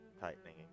tightening